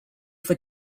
for